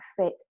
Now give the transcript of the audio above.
fit